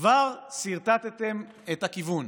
כבר סרטטתם את הכיוון.